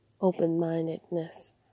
open-mindedness